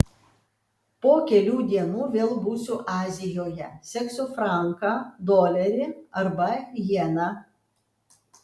po kelių dienų vėl būsiu azijoje seksiu franką dolerį arba jeną